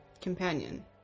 companion